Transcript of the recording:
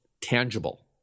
tangible